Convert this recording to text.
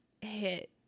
hit